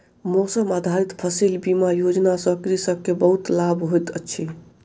मौसम आधारित फसिल बीमा योजना सॅ कृषक के बहुत लाभ होइत अछि